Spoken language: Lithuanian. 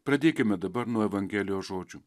pradėkime dabar nuo evangelijos žodžių